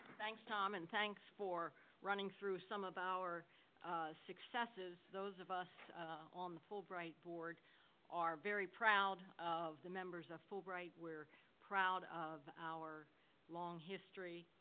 thanks tom, and thanks for running through some of our successes. those of us on the fulbright board are very proud of the members of fulbright. we're proud of our long history